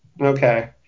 Okay